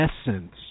essence